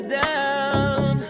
down